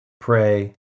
Pray